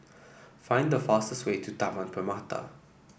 find the fastest way to Taman Permata